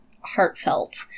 heartfelt